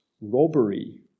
robbery